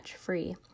free